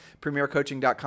premiercoaching.com